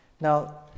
Now